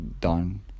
done